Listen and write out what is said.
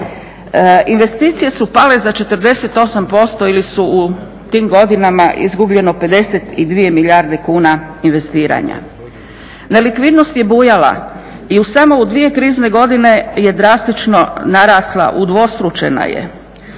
investicije su pale za 48% ili je u tim godinama izgubljeno 52 milijarde kuna investiranja. Nelikvidnost je bujala i u samo dvije krizne godine je drastično narasla, udvostručena je.